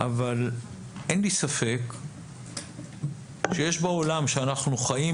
אבל אין לי ספק שיש בעולם בו אנחנו חיים